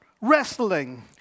wrestling